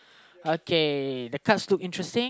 okay the cards look interesting